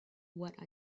what